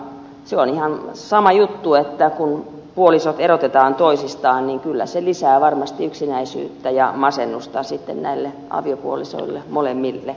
se on ihan sama juttu että kun puolisot erotetaan toisistaan niin kyllä se lisää varmasti yksinäisyyttä ja masennusta näillä aviopuolisoilla molemmilla